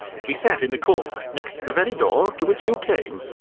he sat in the corner next the very door to which you came.